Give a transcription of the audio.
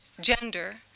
gender